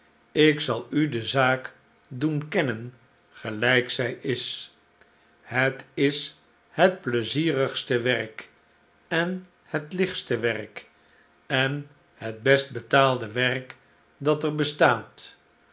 ik zal u de zaak doen kennen gelijk zij is het is het pleizierigste werk en het lichtste werk en het best betaalde werk dat er bestaat